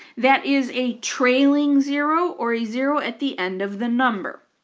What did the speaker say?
that is a trailing zero or a zero at the end of the number.